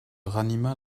ranima